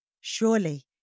Surely